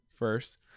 first